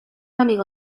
amigo